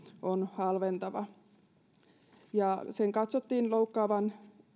on halventava sen katsottiin loukkaavan